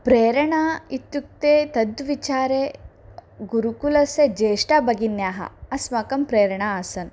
प्रेरणा इत्युक्ते तद्विचारे गुरुकुलस्य ज्येष्टा भगिन्यः अस्माकं प्रेरणाः आसन्